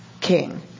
king